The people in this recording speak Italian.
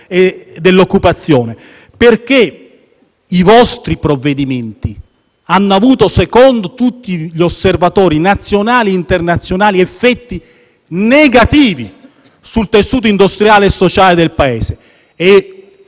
dell'occupazione? Perché i vostri provvedimenti, secondo tutti gli osservatori, nazionali e internazionali, hanno effetti negativi sul tessuto industriale e sociale del Paese?